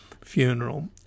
funeral